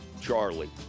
Charlie